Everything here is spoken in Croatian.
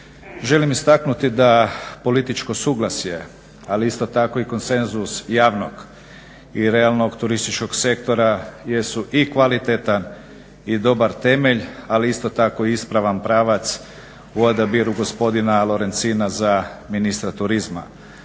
Želim istaknuti da političko suglasje ali isto tako i konsenzus javnog i realnog turističkog sektora jesu i kvalitetan i dobar temelj ali isto tako i ispravan pravac u odabiru gospodina Lorencina za ministra turizma.